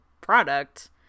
product